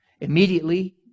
Immediately